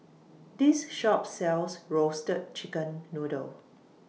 This Shop sells Roasted Chicken Noodle